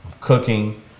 cooking